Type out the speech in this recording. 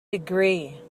degree